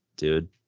dude